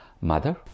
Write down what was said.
mother